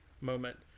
moment